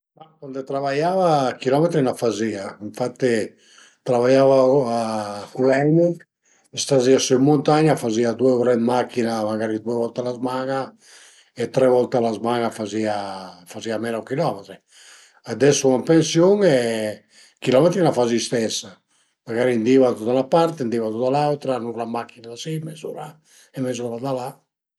Cuandi a travaiava chilometri ën fazìa, infatti travaiavu a Culegn, stazìu sü ën muntagna, fazìu due ure d'machin-a magari due volte a la zman-a e tre volte a la zman-a fazìa fazìa menu chilometri. Ades sun ën pensiun e chilometri ën fazu i stes, magari ün di vadu da 'na part e ün di vadu da l'autra, ün'ura d'macchina da si e mez'ura mez'ura da la